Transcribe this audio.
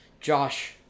Josh